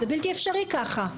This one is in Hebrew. זה בלתי אפשרי כך.